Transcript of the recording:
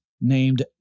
named